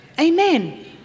amen